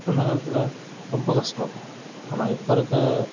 அந்த காலத்தில் ரொம்ப கஸ்டம் ஆனால் இப்போ இருக்கற